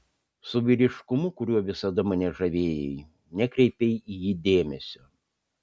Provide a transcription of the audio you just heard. su vyriškumu kuriuo visada mane žavėjai nekreipei į jį dėmesio